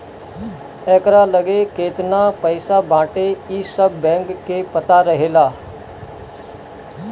एकरा लगे केतना पईसा बाटे इ सब बैंक के पता रहेला